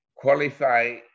qualify